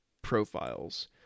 Profiles